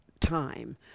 time